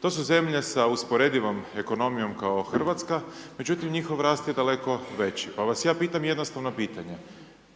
To su zemlje sa usporedivom ekonomijom kao Hrvatska, međutim njihov rast je daleko veći, pa vas ja pitam jednostavno pitanje: